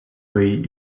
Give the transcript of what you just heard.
way